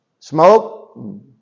Smoke